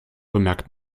bemerkt